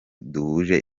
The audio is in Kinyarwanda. duhuje